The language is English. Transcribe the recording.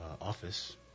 office